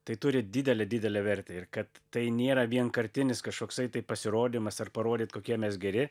tai turi didelę didelę vertę ir kad tai nėra vienkartinis kažkoksai tai pasirodymas ar parodyt kokie mes geri